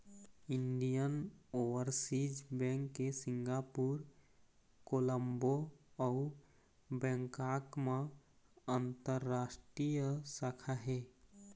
Indian Overseas Bank के Singapore, Colombo अउ Bangkok म अंतररास्टीय शाखा हे